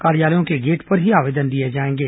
कार्यालयों के गेट पर ही आवेदन लिए जाएंगे